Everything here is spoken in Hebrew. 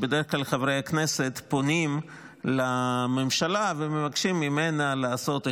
בדרך כלל מקובל שחברי הכנסת פונים לממשלה ומבקשים ממנה לעשות,